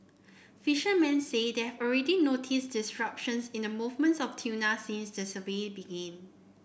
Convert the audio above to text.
fishermen say they have already noticed disruptions in the movements of tuna since the survey began